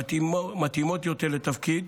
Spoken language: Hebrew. המתאימות יותר לתפקיד